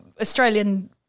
Australian